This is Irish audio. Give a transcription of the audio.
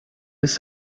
fhios